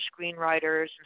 screenwriters